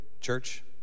church